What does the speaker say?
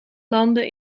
landen